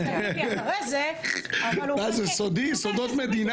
זה עוד לא